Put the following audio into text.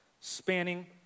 spanning